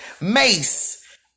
mace